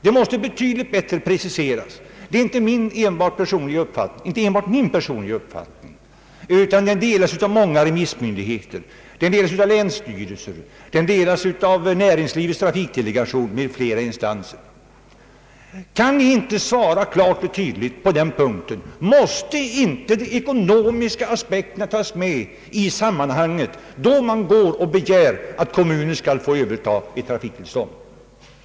De måste preciseras betydligt. Det är inte enbart min personliga uppfattning, utan den delas av många remissmyndigheter. Den delas av länsstyrelser och Näringslivets trafikdelegation m.fl. instanser. Kan ni inte svara klart och tydligt? Måste inte de ekonomiska aspekterna tas med i sammanhanget, då man begär att kommunen skall överta ett trafiktillstånd?